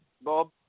bob